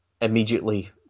immediately